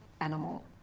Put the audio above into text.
animal